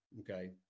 okay